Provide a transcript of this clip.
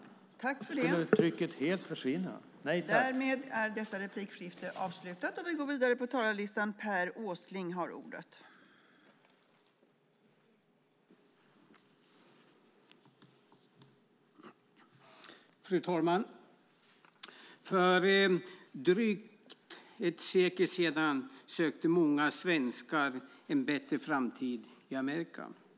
Då skulle trycket helt försvinna. Nej tack!